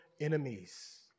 enemies